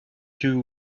two